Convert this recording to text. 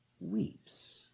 weeps